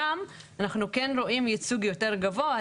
שם אנחנו כן רואים ייצוג יותר גבוה.